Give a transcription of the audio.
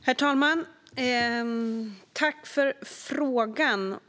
Herr talman! Tack, ledamoten, för frågan!